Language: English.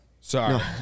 sorry